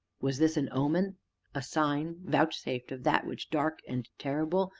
was this an omen a sign vouchsafed of that which, dark and terrible,